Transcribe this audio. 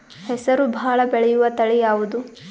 ಹೆಸರು ಭಾಳ ಬೆಳೆಯುವತಳಿ ಯಾವದು?